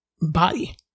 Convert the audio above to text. body